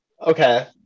Okay